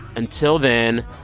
until then,